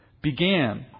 began